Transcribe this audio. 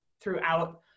throughout